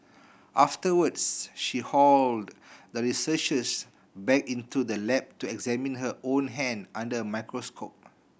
afterwards she hauled the researchers back into the lab to examine her own hand under a microscope